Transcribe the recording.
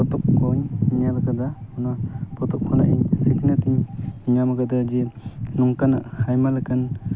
ᱧᱮᱞ ᱠᱟᱫᱟ ᱚᱱᱟ ᱯᱚᱛᱚᱵ ᱠᱷᱚᱱᱟᱜ ᱤᱧ ᱥᱤᱠᱷᱱᱟᱹᱛ ᱤᱧ ᱧᱟᱢ ᱠᱟᱫᱟ ᱡᱮ ᱱᱚᱝᱠᱟᱱᱟᱜ ᱟᱭᱢᱟ ᱞᱮᱠᱟᱱ